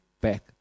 back